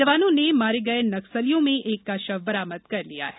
जवानों ने मारे गए नक्सलियों में एक का शव बरामद कर लिया है